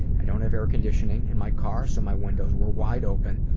i don't have air conditioning in my car so my windows were wide open.